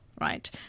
right